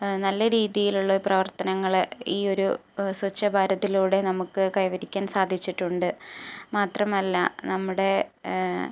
നല്ല രീതിയിലുള്ള പ്രവർത്തനങ്ങൾ ഈ ഒരു സ്വച്ഛ് ഭാരതിലൂടെ നമുക്ക് കൈവരിക്കാൻ സാധിച്ചിട്ടുണ്ട് മാത്രമല്ല നമ്മുടെ